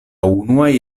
unuaj